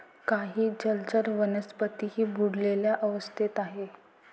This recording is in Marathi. काही जलचर वनस्पतीही बुडलेल्या अवस्थेत आहेत